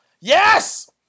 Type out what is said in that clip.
Yes